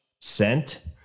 scent